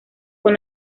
con